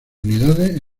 unidades